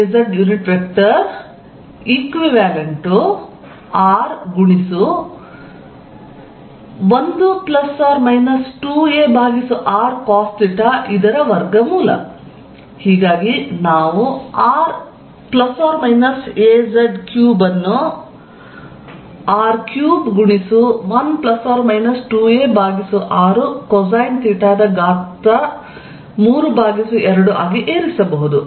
raz≅r1±2arcosθ12 ಹೀಗಾಗಿ ನಾವು r±az3 ಅನ್ನು r3 ಗುಣಿಸು 1 ± 2 a r ಕೊಸೈನ್ ಥೀಟಾ ದ ಘಾತ 32 ಆಗಿ ಏರಿಸಬಹುದು